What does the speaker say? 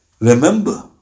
Remember